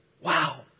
wow